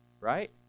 right